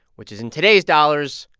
which is, in today's dollars,